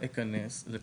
לא אכנס לזה.